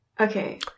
okay